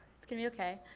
it's gonna be okay.